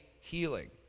healing